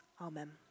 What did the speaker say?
Amen